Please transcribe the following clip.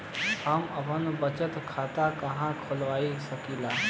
हम आपन बचत खाता कहा खोल सकीला?